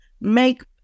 make